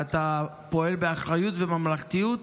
ואתה פועל באחריות ובממלכתיות.